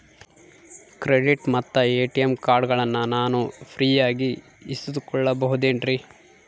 Credit ಮತ್ತ ATM ಕಾರ್ಡಗಳನ್ನ ನಾನು ಫ್ರೇಯಾಗಿ ಇಸಿದುಕೊಳ್ಳಬಹುದೇನ್ರಿ?